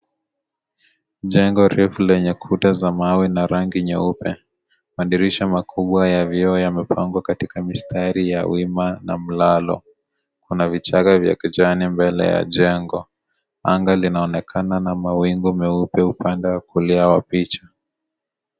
Jengo refu lenye kuta refu la mawe ya rangi nyeupe. Madirisha makubwa ya vioo yamepangwa katika mistari ya wima na mlalo. Kuna vichaka vya kijani mbele ya jengo. Anga linaonekana na mawingu meupe upande wa kulia wa picha.